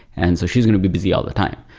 and so she's going to be busy all the time.